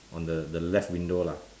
on the the left window lah